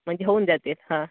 म्हणजे होऊन जातात हां